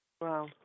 Wow